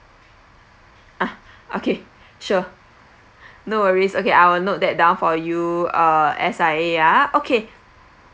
ah okay sure no worries I'll note that down for you uh S_I_A ah okay